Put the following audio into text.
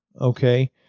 okay